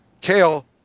Kale